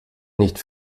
nicht